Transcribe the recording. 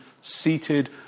seated